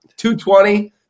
220